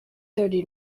thirty